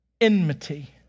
enmity